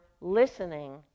listening